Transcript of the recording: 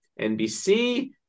NBC